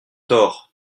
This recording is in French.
tort